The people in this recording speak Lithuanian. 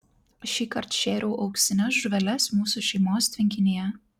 šįkart šėriau auksines žuveles mūsų šeimos tvenkinyje